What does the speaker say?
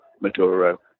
Maduro